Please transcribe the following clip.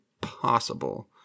possible